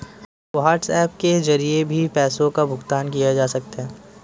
WhatsApp के जरिए भी पैसों का भुगतान किया जा सकता है